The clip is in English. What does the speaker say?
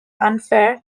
unfair